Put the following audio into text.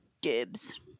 Dibs